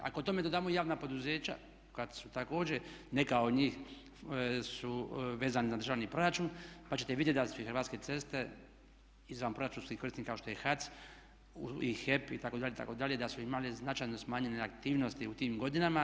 Ako tome dodamo i javna poduzeća kada su također neka od njih su vezani na držani proračun pa ćete vidjeti da su i Hrvatske ceste izvanproračunski korisnik kao što je HAC i HEP itd., itd., da su imali značajno smanjene aktivnosti u tim godinama.